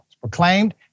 proclaimed